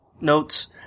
notes